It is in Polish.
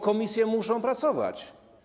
Komisje muszą pracować.